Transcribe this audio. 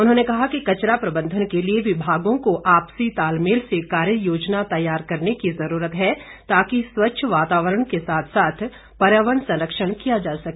उन्होंने कहा कि कचरा प्रबंधन के लिए विभागों को आपसी तालमेल से कार्य योजना तैयार करने की जरूरत है ताकि स्वच्छ वातावरण के साथ साथ पर्यावरण संरक्षण किया जा सके